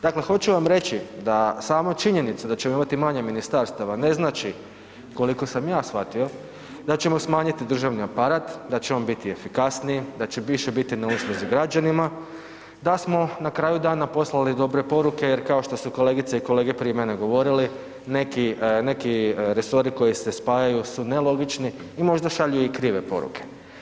Dakle hoću vam reći da sama činjenica da ćemo imati manje ministarstava ne znači koliko sam ja shvatio, da ćemo smanjiti državni aparat, da će on biti efikasniji, da će više biti na usluzi građanima, da smo na kraju dana poslali dobre poruke jer kao što su kolegice i kolege prije mene govorili, neki resori koji se spajaju su nelogični i možda šalju krive poruke.